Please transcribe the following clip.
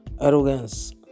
Arrogance